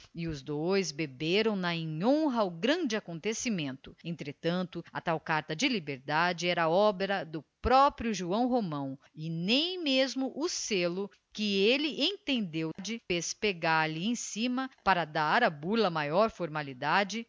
e os dois beberam na em honra ao grande acontecimento entretanto a tal carta de liberdade era obra do próprio joão romão e nem mesmo o selo que ele entendeu de pespegar lhe em cima para dar à burla maior formalidade